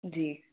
जी